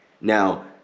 now